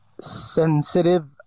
sensitive